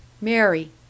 Mary